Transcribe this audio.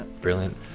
Brilliant